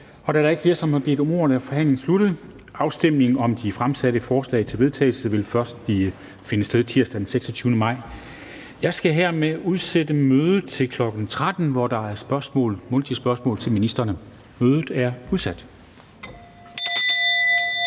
Og da der ikke er flere, der har bedt om ordet, er forhandlingen sluttet. Afstemningen om de fremsatte forslag til vedtagelse vil først finde sted tirsdag den 26. maj. Jeg skal hermed udsætte mødet til kl. 15.00, hvor der er mundtlige spørgsmål til ministrene. Mødet er udsat.